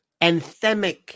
anthemic